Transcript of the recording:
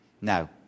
Now